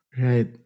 Right